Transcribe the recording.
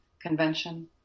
convention